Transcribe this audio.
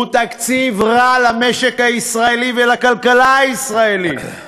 הוא תקציב רע למשק הישראלי ולכלכלה הישראלית.